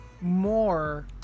more